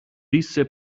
disse